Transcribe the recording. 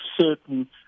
certain